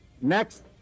Next